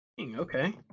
Okay